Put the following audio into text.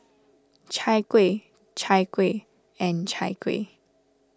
Chai Kueh Chai Kueh and Chai Kueh